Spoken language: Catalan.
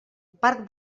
parc